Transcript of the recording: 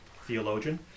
theologian